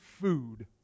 food